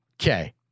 Okay